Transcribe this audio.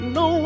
no